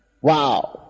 Wow